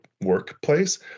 workplace